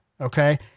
okay